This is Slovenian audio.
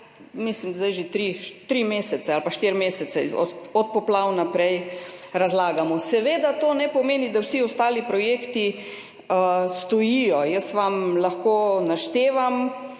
mislim, zdaj že 3 mesece ali pa 4 mesece od poplav naprej razlagamo. Seveda to ne pomeni, da vsi ostali projekti stojijo. Jaz vam lahko naštevam,